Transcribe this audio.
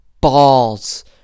balls